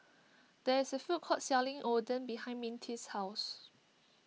there is a food court selling Oden behind Mintie's house